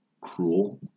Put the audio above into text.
cruel